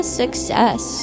success